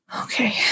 Okay